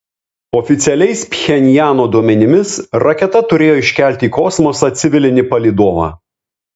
oficialiais pchenjano duomenimis raketa turėjo iškelti į kosmosą civilinį palydovą